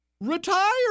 retire